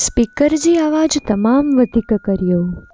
speaker जी आवाज़ु तमामु वधीक करियो